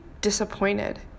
disappointed